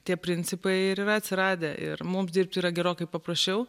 tie principai ir yra atsiradę ir mums dirbti yra gerokai paprasčiau